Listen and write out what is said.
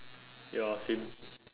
ya same